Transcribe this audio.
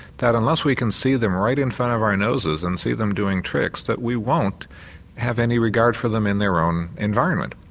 that unless we can see them right in front of our noses and see them doing tricks, that we won't have any regard for them in their own environment.